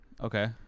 Okay